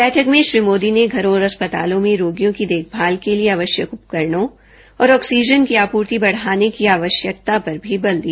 बैठक में श्री मोदी ने घरों और अस्पतालों में रोगियों की देखभाल के लिए आवश्यक उपकरणों और ऑक्सीजन की आपूर्ति बढाने की आवश्यकता पर भी कल दिया